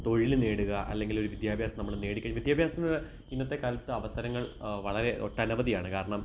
തൊഴില് നേടുക അല്ലെങ്കിലൊരു വിദ്യാഭ്യാസം നമ്മള് നേടിക്കഴി വിദ്യാഭ്യാസം ഇന്നത്തെ കാലത്ത് അവസരങ്ങൾ വളരെ ഒട്ടനവധിയാണ് കാരണം